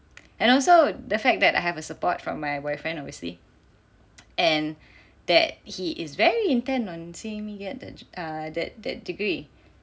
and also the fact that I have a support from my boyfriend obviously and that he is very intent on seeing me get the err that that degree